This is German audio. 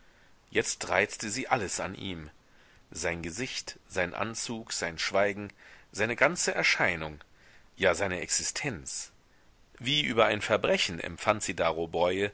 jetzt reizte sie alles an ihm sein gesicht sein anzug sein schweigen seine ganze erscheinung ja seine existenz wie über ein verbrechen empfand sie darob